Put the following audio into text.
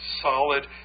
solid